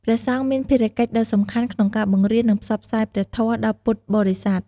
ព្រះសង្ឃមានភារកិច្ចដ៏សំខាន់ក្នុងការ បង្រៀន និងផ្សព្វផ្សាយព្រះធម៌ ដល់ពុទ្ធបរិស័ទ។